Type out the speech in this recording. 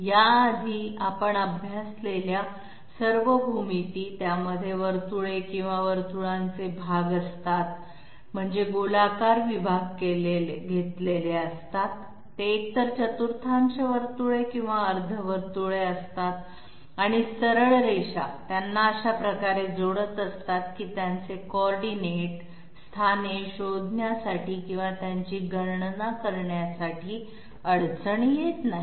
याआधी आपण अभ्यासलेल्या सर्व भूमिती त्यामध्ये वर्तुळे किंवा वर्तुळांचे भाग असतात म्हणजे गोलाकार विभाग घेतलेले असतात ते एकतर चतुर्थांश वर्तुळ किंवा अर्ध वर्तुळे असतात आणि सरळ रेषा त्यांना अशा प्रकारे जोडत असतात की त्यांचे कॉर्डिनेट स्थाने शोधण्यासाठी किंवा त्यांची गणना करण्यासाठी अडचण येत नाही